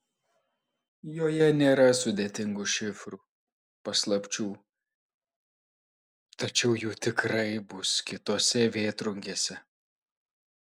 joje nėra sudėtingų šifrų paslapčių tačiau jų tikrai bus kitose vėtrungėse